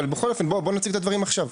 בכל אופן, בוא תציג את הדברים עכשיו.